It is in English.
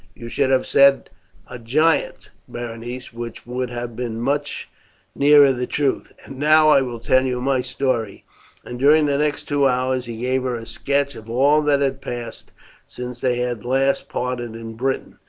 you should have said a giant, berenice, which would have been much nearer the truth. and now i will tell you my story and during the next two hours he gave her a sketch of all that had passed since they had last parted in britain.